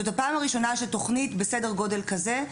שתוכנית בסדר גודל כזה,